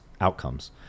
outcomes